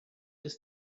ist